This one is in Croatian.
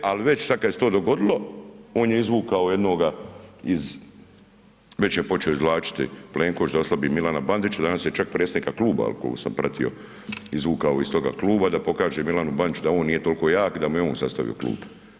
E, al već sad kad se to dogodilo on je izvukao jednoga iz, već je počeo izvlačiti Plenković da oslobodi Milana Bandića, danas je ček predsjednika kluba koliko sam pratio izvukao iz toga kluba da pokaže Milanu Bandiću da on nije toliko jak da mu je on sastavio klub.